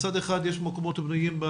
מצד אחד יש מקומות פנויים ב